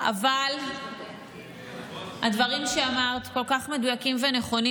אבל הדברים שאמרת כל כך מדויקים ונכונים.